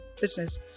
business